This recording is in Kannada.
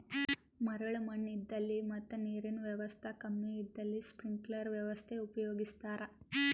ಮರಳ್ ಮಣ್ಣ್ ಇದ್ದಲ್ಲಿ ಮತ್ ನೀರಿನ್ ವ್ಯವಸ್ತಾ ಕಮ್ಮಿ ಇದ್ದಲ್ಲಿ ಸ್ಪ್ರಿಂಕ್ಲರ್ ವ್ಯವಸ್ಥೆ ಉಪಯೋಗಿಸ್ತಾರಾ